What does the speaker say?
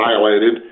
violated